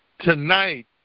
tonight